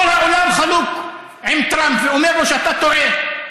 כל העולם חלוק עם טראמפ, ואומר לו: אתה טועה.